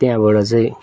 त्यहाँबाट चाहिँ